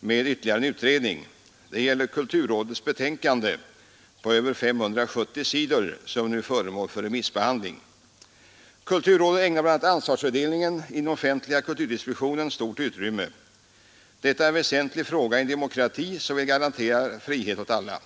med ytterligare en utredning. Det gäller kulturrådets betänkande på över 570 sidor, som nu är föremål för remissbehandling. Kulturrådet ägnar bl.a. ansvarsfördelningen inom den offentliga kulturdistributionen stort utrymme. Detta är en väsentlig fråga i en demokrati som vill garantera frihet åt alla.